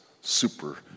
super